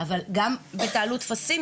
אבל גם בהעלאת טפסים,